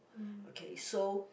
okay so